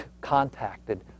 contacted